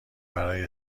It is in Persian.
برای